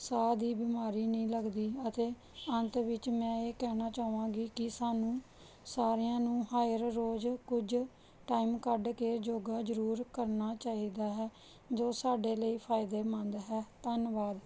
ਸਾਹ ਦੀ ਬਿਮਾਰੀ ਨਹੀਂ ਲੱਗਦੀ ਅਤੇ ਅੰਤ ਵਿੱਚ ਮੈਂ ਇਹ ਕਹਿਣਾ ਚਾਹਵਾਂਗੀ ਕਿ ਸਾਨੂੰ ਸਾਰਿਆਂ ਨੂੰ ਹਰ ਰੋਜ਼ ਕੁਝ ਟਾਈਮ ਕੱਢ ਕੇ ਯੋਗਾ ਜ਼ਰੂਰ ਕਰਨਾ ਚਾਹੀਦਾ ਹੈ ਜੋ ਸਾਡੇ ਲਈ ਫਾਇਦੇਮੰਦ ਹੈ ਧੰਨਵਾਦ